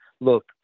look